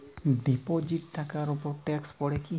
Deposit টাকার উপর tax পড়ে কি?